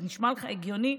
זה נשמע לך הגיוני?